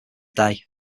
day